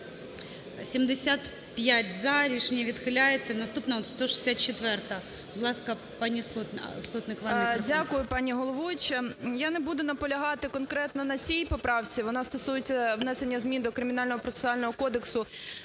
За-75 Рішення відхиляється. Наступна – 164-а. Будь ласка, пані Сотник… 13:04:05 СОТНИК О.С. Дякую, пані головуюча. Я не буду наполягати конкретно на цій поправці, вона стосується внесення змін до Кримінального процесуального кодексу,